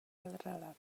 relato